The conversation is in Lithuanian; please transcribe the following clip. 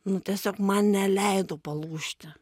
nu tiesiog man neleido palūžti